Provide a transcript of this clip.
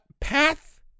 Path